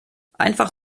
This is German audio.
einfach